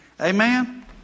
Amen